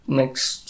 next